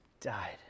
died